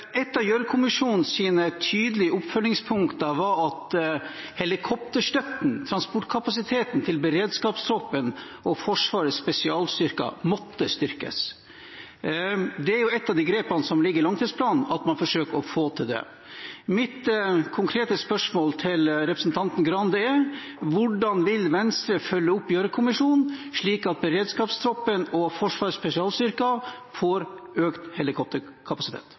Et av Gjørv-kommisjonens tydelige oppfølgingspunkter var at helikopterstøtten og transportkapasiteten til beredskapstroppen og Forsvarets spesialstyrker måtte styrkes. Et av grepene som ligger i langtidsplanen, er at man forsøker å få til det. Mitt konkrete spørsmål til representanten Skei Grande er: Hvordan vil Venstre følge opp Gjørv-kommisjonen, slik at beredskapstroppen og Forsvarets spesialstyrker får økt helikopterkapasitet?